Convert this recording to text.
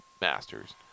Masters